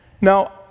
Now